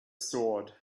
sword